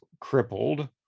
crippled